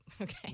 okay